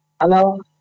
Hello